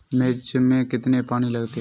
मिर्च में कितने पानी लगते हैं?